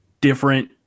different